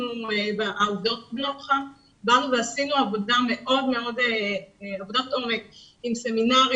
באנו ועשינו עבודת עומק עם סמינרים